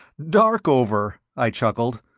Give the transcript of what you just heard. darkover, i chuckled,